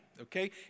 Okay